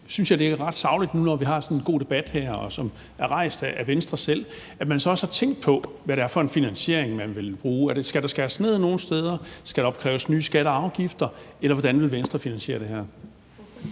det er ret sagligt, når nu vi har sådan en god debat her, som er rejst af Venstre selv, at man så også har tænkt på, hvad det er for en finansiering, man vil bruge. Skal der skæres ned nogle steder, skal der opkræves nye skatter og afgifter, eller hvordan vil Venstre finansiere det her?